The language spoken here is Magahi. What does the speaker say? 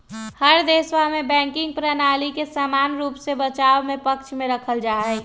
हर देशवा में बैंकिंग प्रणाली के समान रूप से बचाव के पक्ष में रखल जाहई